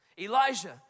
Elijah